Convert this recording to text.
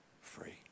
free